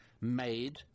made